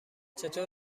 چطور